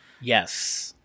yes